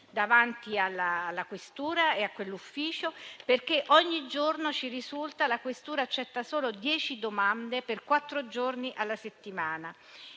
davanti alla questura e a quell'ufficio, perché ogni giorno, secondo quanto ci risulta, la questura accetta solo dieci domande per quattro giorni alla settimana.